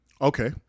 Okay